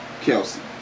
Kelsey